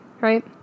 right